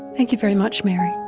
thank you very much mary.